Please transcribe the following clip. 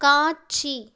காட்சி